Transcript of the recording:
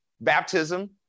baptism